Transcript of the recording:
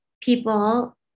people